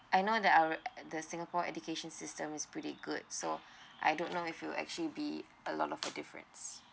I know that our the singapore education system is pretty good so I don't know if it will actually be a lot of the difference